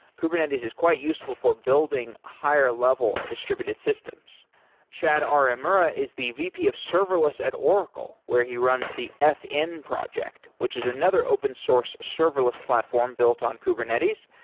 kubernetes is quite useful for building higher-level distributed systems chad arimura is the vp of serverless at oracle, where he runs the fn project which is another open source serverless platform built on kubernetes.